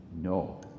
No